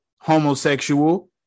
homosexual